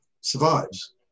survives